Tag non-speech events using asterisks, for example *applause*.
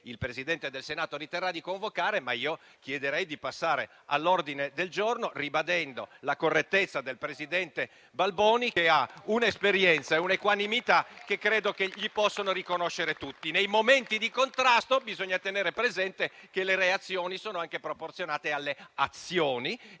il Presidente del Senato riterrà di convocare, ma io chiederei di passare all'ordine del giorno, ribadendo la correttezza del presidente Balboni, che ha un'esperienza e un'equanimità che credo gli possano riconoscere tutti. *applause* Nei momenti di contrasto bisogna tenere presente che le reazioni sono anche proporzionate alle azioni.